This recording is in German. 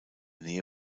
nähe